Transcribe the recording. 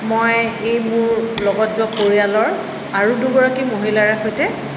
মই এই মোৰ লগত যোৱা পৰিয়ালৰ আৰু দুগৰাকী মহিলাৰ সৈতে